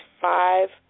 five